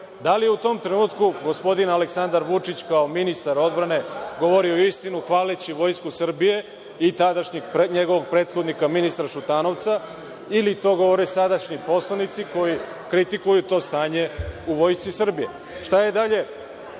Da li je u tom trenutku gospodin Aleksandar Vučić, kao ministar odbrane, govorio istinu, hvaleći Vojsku Srbije i tadašnjeg njegovog prethodnika ministra Šutanovca ili to govore sadašnji poslanici koji kritikuju to stanje u Vojsci Srbije? Šta je dalje